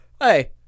Hey